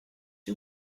you